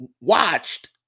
watched